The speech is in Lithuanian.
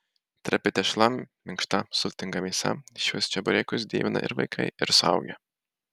trapi tešla minkšta sultinga mėsa šiuos čeburekus dievina ir vaikai ir suaugę